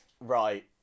Right